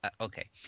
Okay